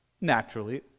naturally